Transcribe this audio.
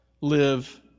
Live